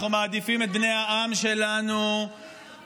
ואנחנו מעדיפים את בני העם שלנו, אני אמרתי